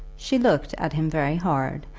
she looked at him very hard,